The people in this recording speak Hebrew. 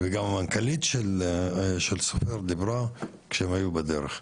גם המנכ"לית שלהם דיברה כאשר הם היו בדרך.